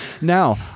Now